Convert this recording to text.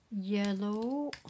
yellow